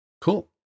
cool